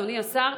אדוני השר,